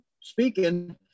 speaking